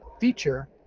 feature